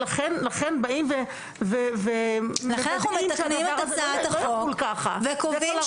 לכן באים ו --- לכן אנחנו מתקנים את הצעת חוק וקובעים